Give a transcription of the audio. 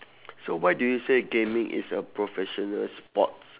so why do you say gaming is a professional sports